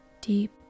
deep